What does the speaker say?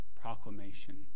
proclamation